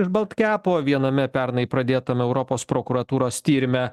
iš baltkepo viename pernai pradėtame europos prokuratūros tyrime